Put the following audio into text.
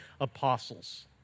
apostles